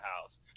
house